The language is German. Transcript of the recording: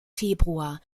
februar